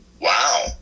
Wow